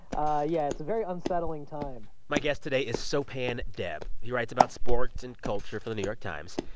ah yeah, it's a very unsettling time my guest today is sopan deb. he writes about sports and culture for the new york times.